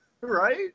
right